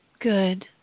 good